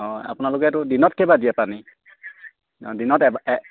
অঁ আপোনালোকে এইটো দিনত কেইবাৰ দিয়ে পানী অঁ দিনত